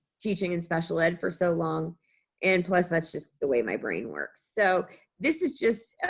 teaching in special ed for so long and plus that's just the way my brain works. so this is just